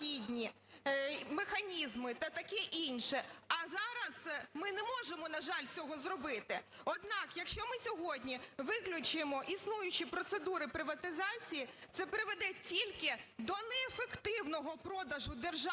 необхідні механізми та таке інше, а зараз ми не можемо, на жаль, цього зробити. Однак, якщо ми сьогодні виключимо існуючі процедури приватизації, це приведе тільки до неефективного продажу державного